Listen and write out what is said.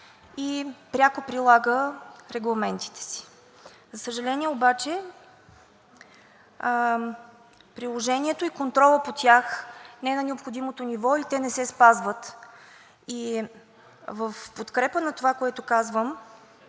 и пряко прилага регламентите си. За съжаление обаче, приложението и контролът по тях не е на необходимото ниво и те не се спазват. И в подкрепа на това, което казвам,